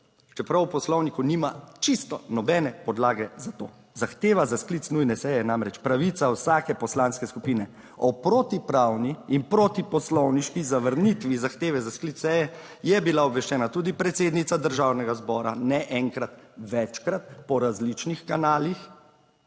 čeprav v Poslovniku nima čisto nobene podlage za to. Zahteva za sklic nujne seje je namreč pravica vsake poslanske skupine. O protipravni in proti poslovniški zavrnitvi zahteve za sklic seje je bila obveščena tudi predsednica Državnega zbora, ne enkrat, večkrat, po različnih kanalih,